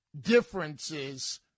differences